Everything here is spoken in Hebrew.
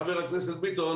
חבר הכנסת ביטון